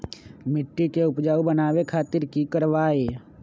मिट्टी के उपजाऊ बनावे खातिर की करवाई?